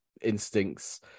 instincts